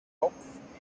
kopf